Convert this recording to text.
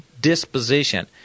disposition